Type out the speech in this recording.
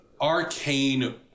arcane